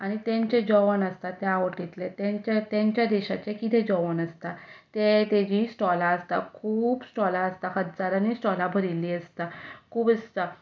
आनी तांचे जेवण आसता त्या वाटेंतलें तांच्या देशाचें कितें जेवण आसता ते ताजीं स्टॉलां आसता खूब स्टॉलां आसता हजारांनी स्टॉलां भरिल्लीं आसता खूब आसता